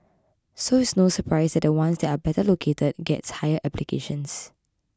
so it's no surprise that the ones that are better located gets higher applications